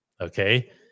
okay